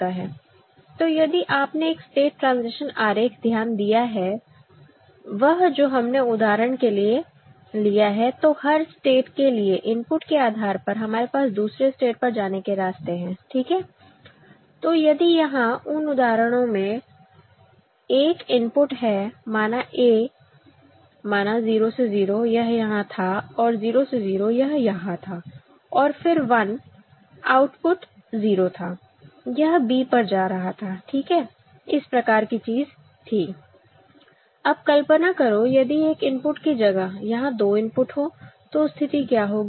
तो यदि आपने एक स्टेट ट्रांजिशन आरेख ध्यान दिया है वह जो हमने उदाहरण के लिए लिया हैतो हर स्टेट के लिए इनपुट के आधार पर हमारे पास दूसरे स्टेट पर जाने के रास्ते है ठीक है तो यदि यहां उन उदाहरणों में 1 इनपुट है मानाa माना 0 से 0 यह यहां था और 0 से 0 यह यहां था और फिर 1 आउटपुट 0 था यह b पर जा रहा था ठीक है इस प्रकार की चीज थी अब कल्पना करो यदि एक इनपुट की जगहयहां दो इनपुट हो तो स्थिति क्या होगी